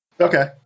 Okay